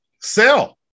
sell